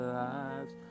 lives